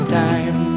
time